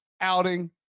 outing